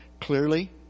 clearly